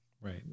right